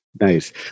Nice